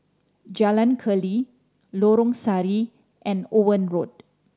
Jalan Keli Lorong Sari and Owen Road